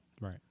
Right